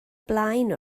blaen